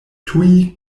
tuj